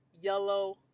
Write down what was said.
yellow